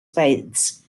fades